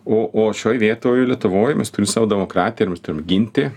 o o šioj vietoj lietuvoj mes turim savo demokratiją ginti